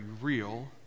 real